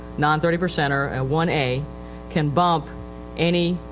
non thirty percenter and one a can bump any,